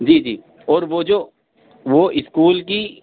جی جی اور وہ جو وہ اسکول کی